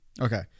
Okay